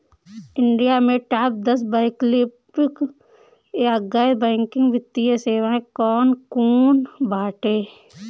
India में top दस वैकल्पिक या गैर बैंकिंग वित्तीय सेवाएं कौन कोन बाटे?